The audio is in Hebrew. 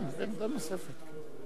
די כל היום לבכות.